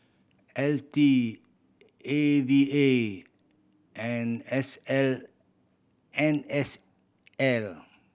L T A V A and S L N S L